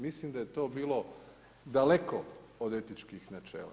Mislim da je to bilo daleko od etičkih načela.